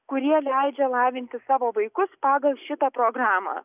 kurie leidžia lavinti savo vaikus pagal šitą programą